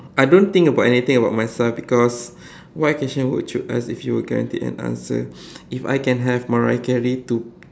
I don't think about anything about myself because what question would you ask if you were guaranteed an answer if I can have Mariah-Carey to